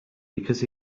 because